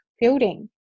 building